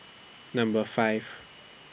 Number five